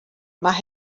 mae